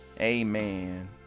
amen